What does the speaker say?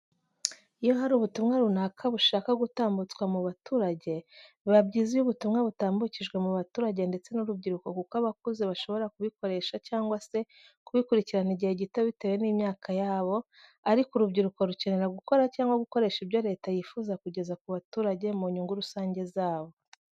Iyo hari ubutumwa runaka bushaka gutambutswa mu baturage, biba byiza iyo ubutumwa butambukijwe mu baturage ndetse n'urubyiruko kuko abakuze bashobora kubikoresha cyangwa se kubikurikirana igihe gito bitewe n'imyaka yabo, ariko urubyiruko rukenera gukora cyangwa gukoresha ibyo Leta yifuza kugeza ku baturage mu nyungu rusange zabo.